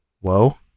whoa